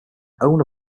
own